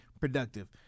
productive